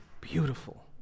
beautiful